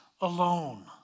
alone